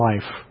life